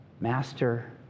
master